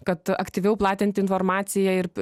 kad aktyviau platinti informaciją ir